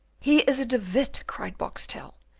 he is a de witt! cried boxtel.